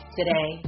today